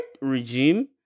regime